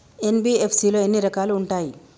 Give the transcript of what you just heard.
NBFC లో ఎన్ని రకాలు ఉంటాయి?